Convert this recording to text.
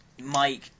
Mike